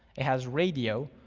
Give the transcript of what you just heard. it has radio,